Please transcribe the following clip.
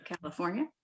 California